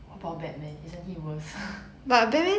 what about batman isn't he worst